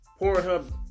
Pornhub